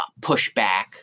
pushback